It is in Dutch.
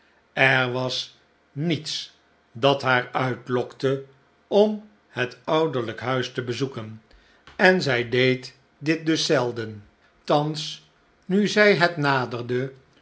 er was niets dat haar uitlokte om het ouderlijke huis te bezoeken en zij deed dit dus zelden thans nu zij het naderde